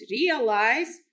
realize